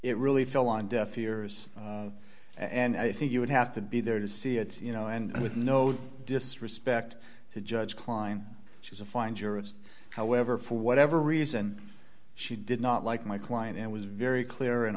it really fell on deaf ears and i think you would have to be there to see it you know and with no disrespect to judge kline she's a fine jurist however for whatever reason she did not like my client and was very clear